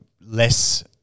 less